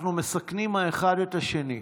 אנחנו מסכנים האחד את השני.